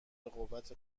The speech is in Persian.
بقوت